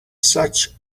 such